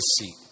see